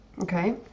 okay